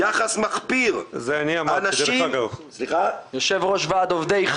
יחס מחפיר." דרך אגב, את זה אני אמרתי.